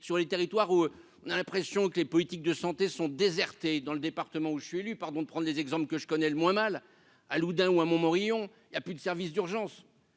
sur les territoires où on a l'impression que les politiques de santé sont désertées dans le département où je suis élu, pardon, de prendre des exemples que je connais le moins mal à Loudun ou Montmorillon il y a plus de services d'urgence,